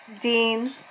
dean